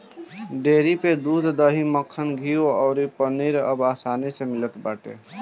dairy पे दूध, दही, मक्खन, घीव अउरी पनीर अब आसानी में मिल जात बाटे